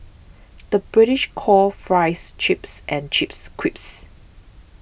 the British calls Fries Chips and chips crips